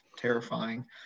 Terrifying